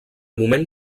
moment